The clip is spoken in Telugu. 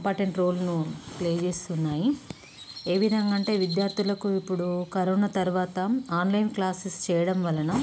ఇంపార్టెంట్ రోల్ను ప్లే చేస్తున్నాయి ఏ విధంగా అంటే విద్యార్థులకు ఇప్పుడు కరోనా తరువాత ఆన్లైన్ క్లాసెస్ చెయ్యడం వలన